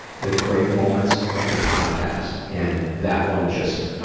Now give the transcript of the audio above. the great moments of the podcast. and that one just, ah,